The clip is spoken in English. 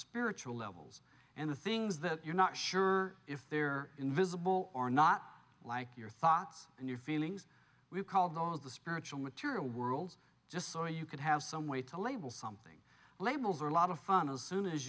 spiritual levels and the things that you're not sure if they're invisible or not like your thoughts and your feelings we call those the spiritual material world just so you could have some way to label something labels are a lot of fun as soon as